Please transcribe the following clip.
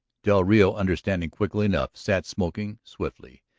del rio, understanding quickly enough, sat smoking swiftly,